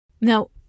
Now